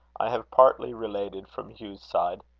i have partly related from hugh's side.